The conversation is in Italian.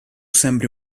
sembri